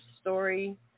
story